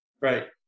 right